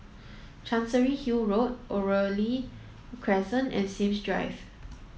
Chancery Hill Road Oriole Crescent and Sims Drive